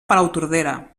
palautordera